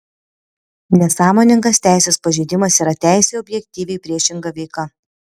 nesąmoningas teisės pažeidimas yra teisei objektyviai priešinga veika